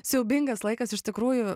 siaubingas laikas iš tikrųjų